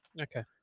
Okay